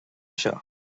seo